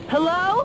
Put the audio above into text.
Hello